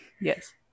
yes